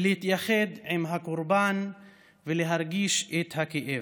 להתייחד עם הקורבן ולהרגיש את הכאב.